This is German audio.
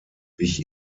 wich